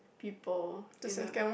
people you know